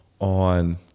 on